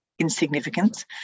insignificance